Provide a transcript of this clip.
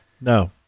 No